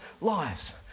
lives